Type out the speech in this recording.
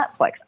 Netflix